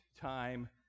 time